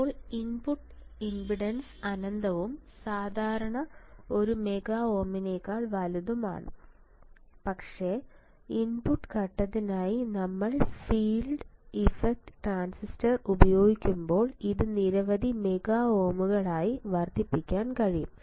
ഇപ്പോൾ input impedance അനന്തവും സാധാരണ ഒരു മെഗാ ഓമിനേക്കാൾ വലുതുമാണ് പക്ഷേ ഇൻപുട്ട് ഘട്ടത്തിനായി നമ്മൾ ഫീൽഡ് ഇഫക്റ്റ് ട്രാൻസിസ്റ്റർ ഉപയോഗിക്കുമ്പോൾ ഇത് നിരവധി മെഗാ ഓമുകളായി വർദ്ധിപ്പിക്കാൻ കഴിയും